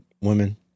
women